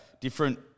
different